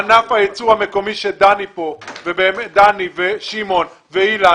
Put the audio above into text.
ענף הייצור המקומי דני כאן, שמעון ואילן